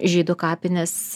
žydų kapinės